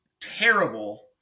terrible